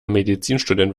medizinstudent